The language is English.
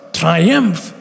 triumph